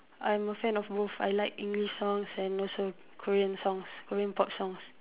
I'm a fan of both I like English songs and also Korean songs Korean pop songs